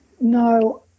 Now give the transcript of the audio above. No